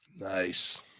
Nice